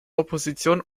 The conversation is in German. opposition